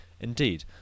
Indeed